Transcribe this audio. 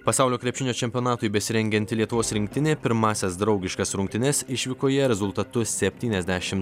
pasaulio krepšinio čempionatui besirengianti lietuvos rinktinė pirmąsias draugiškas rungtynes išvykoje rezultatu septyniasdešim